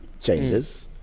changes